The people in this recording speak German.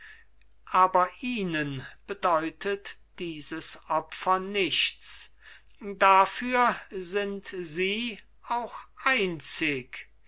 aber ihnen bedeutet dieses opfer nichts dafür sind sie auch einzig